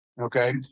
okay